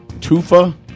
Tufa